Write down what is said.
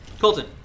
Colton